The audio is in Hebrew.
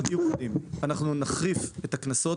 אנחנו נחריף את הקנסות,